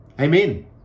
Amen